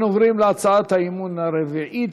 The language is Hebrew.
אנחנו עוברים להצעת האי-אמון הרביעית: